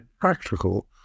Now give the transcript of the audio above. practical